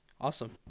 Awesome